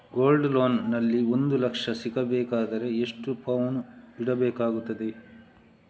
Gold loan ನಲ್ಲಿ ಒಂದು ಲಕ್ಷ ಸಿಗಬೇಕಾದರೆ ಎಷ್ಟು ಪೌನು ಇಡಬೇಕಾಗುತ್ತದೆ?